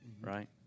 right